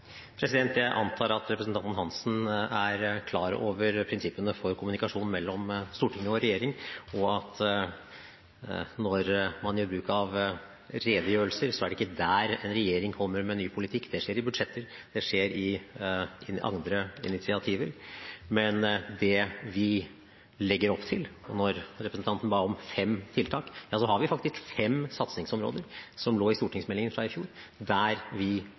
Jeg antar at representanten Hansen er klar over prinsippene for kommunikasjon mellom storting og regjering, og når man gjør bruk av redegjørelser, er det ikke der en regjering kommer med ny politikk. Det skjer i budsjetter, det skjer ved andre initiativer. Men når representanten ba om fem tiltak, så har vi faktisk fem satsingsområder som lå i stortingsmeldingen fra i fjor, der vi